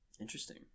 Interesting